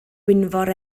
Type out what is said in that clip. gwynfor